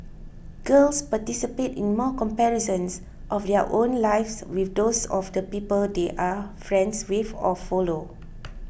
girls participate in more comparisons of their own lives with those of the people they are friends with or follow